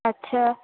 اچھا